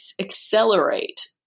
accelerate